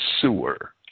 sewer